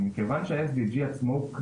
מכיוון שה-SDG עצמו הוא כללי,